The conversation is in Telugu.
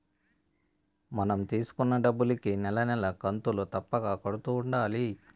మనం తీసుకున్న డబ్బులుకి నెల నెలా కంతులు తప్పక కడుతూ ఉండాలి